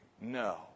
No